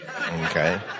Okay